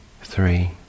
three